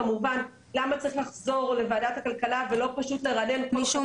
למה צריך לחזור לוועדת הכלכלה ולא פשוט --- משום